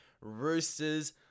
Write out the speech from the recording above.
Roosters